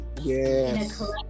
Yes